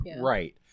Right